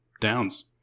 Downs